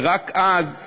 ורק אז,